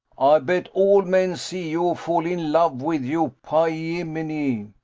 ay bet all men see you fall in love with you, py yiminy!